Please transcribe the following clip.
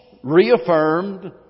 Reaffirmed